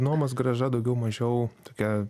nuomos grąža daugiau mažiau tokia